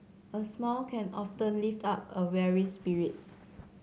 a smile can often lift up a weary spirit